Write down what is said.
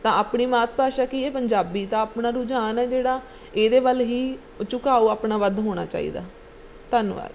ਤਾਂ ਆਪਣੀ ਮਾਤ ਭਾਸ਼ਾ ਕੀ ਹੈ ਪੰਜਾਬੀ ਤਾਂ ਆਪਣਾ ਰੁਝਾਨ ਆ ਜਿਹੜਾ ਇਹਦੇ ਵੱਲ ਹੀ ਝੁਕਾਓ ਆਪਣਾ ਵੱਧ ਹੋਣਾ ਚਾਹੀਦਾ ਧੰਨਵਾਦ